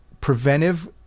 preventive